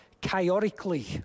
chaotically